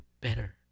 better